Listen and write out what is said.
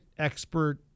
expert